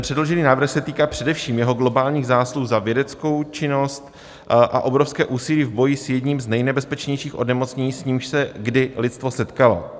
Předložený návrh se týká především jeho globálních zásluh za vědeckou činnost a obrovské úsilí v boji s jedním z nejnebezpečnějších onemocnění, s nímž se kdy lidstvo setkalo.